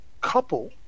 couple